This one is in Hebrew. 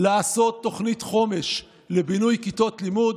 לעשות תוכנית חומש לבינוי כיתות לימוד.